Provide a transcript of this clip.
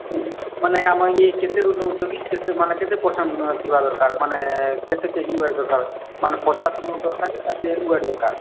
ମାନେ ଆମ ଇଏ କେତେରୁ ନେଉଛନ୍ତି କେତେ ମାନେ କେତେ ପରସେଣ୍ଟ ଥିବା ଦରକାର ମାନେ କେତେ କେ ଜି ୱେଟ୍ ଦରକାର ମାନେ ପଚାଶରୁ ଦରକାର କି ଷାଠିଏରୁ ୱେଟ୍ ଦରକାର